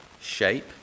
shape